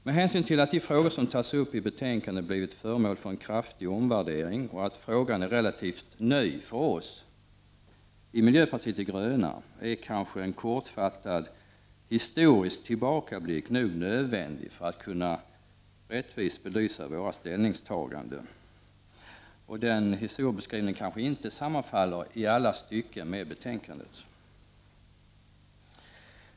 Med hänsyn till att de frågor som tas upp i betänkandet blivit föremål för en kraftig omvärdering och att de är relativt nya för oss i miljöpartiet de gröna är en kortfattad historisk tillbakablick nog nödvändig för att kunna rättvist belysa våra ställningstaganden. Den historieskrivningen kanske inte sammanfaller i alla stycken med betänkandet.